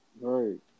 Right